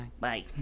Bye